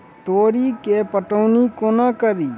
तोरी केँ पटौनी कोना कड़ी?